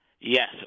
Yes